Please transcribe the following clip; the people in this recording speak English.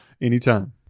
anytime